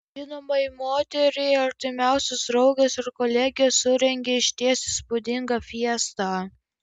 žinomai moteriai artimiausios draugės ir kolegės surengė išties įspūdingą fiestą